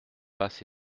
passe